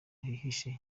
hihishe